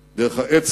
דרך ארגון "ההגנה",